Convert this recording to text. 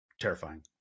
Terrifying